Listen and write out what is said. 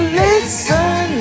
listen